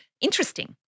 Interesting